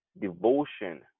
devotion